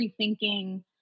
rethinking